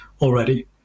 already